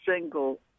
single